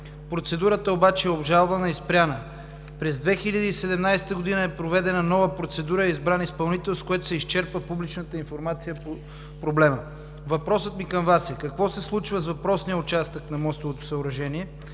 Процедурата обаче е обжалвана и спряна. През 2017 г. е проведена нова процедура и е избран изпълнител, с което се изчерпва публичната информация по проблема. Въпросът ми към Вас е: какво се случва с въпросния участък на мостовото съоръжение,